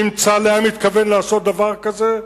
אם צה"ל היה מתכוון לעשות דבר כזה,